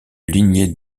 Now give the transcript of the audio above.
lignée